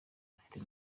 dufite